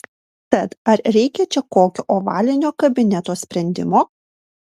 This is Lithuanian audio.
tad ar reikia čia kokio ovalinio kabineto sprendimo